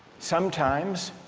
sometimes,